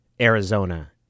Arizona